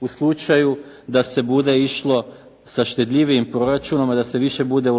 u slučaju da se bude išlo sa štedljivijim proračunom, a da se više bude